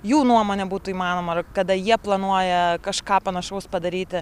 jų nuomone būtų įmanoma ar kada jie planuoja kažką panašaus padaryti